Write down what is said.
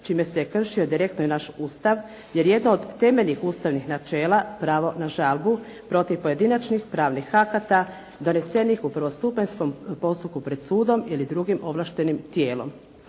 čime se je kršio direktno i naš Ustav, jer jedno od temeljnih ustavnih načela, pravo na žalbu protiv pojedinačnih pravnih akata donesenih u prvostupanjskom postupku pred sudom ili drugim ovlaštenim tijelom.